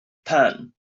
pan